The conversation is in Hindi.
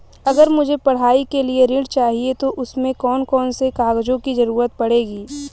अगर मुझे पढ़ाई के लिए ऋण चाहिए तो उसमें कौन कौन से कागजों की जरूरत पड़ेगी?